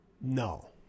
No